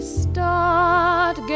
start